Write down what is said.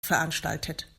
veranstaltet